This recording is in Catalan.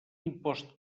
impost